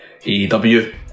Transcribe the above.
AEW